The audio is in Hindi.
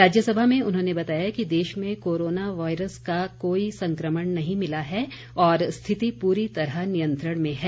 राज्यसभा में उन्होंने बताया कि देश में कोरोना वायरस का कोई संक्रमण नहीं मिला है और स्थिति पूरी तरह नियंत्रण में है